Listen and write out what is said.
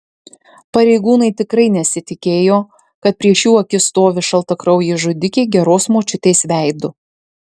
pareigūnai tikrai nesitikėjo kad prieš jų akis stovi šaltakraujė žudikė geros močiutės veidu